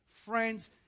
Friends